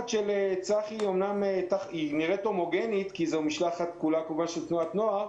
של צחי נראית הומוגנית כי היא כולה של תנועת נוער,